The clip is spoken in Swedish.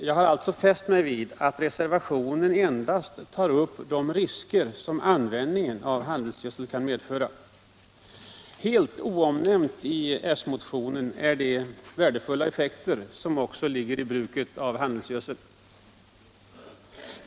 Jag har fäst mig vid att det i reservationen endast tas upp de risker som användningen av handelsgödsel kan medföra. Helt oomnämnda i den socialdemokratiska motionen är de värdefulla effekter som bruket av handelsgödsel också ger.